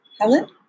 Helen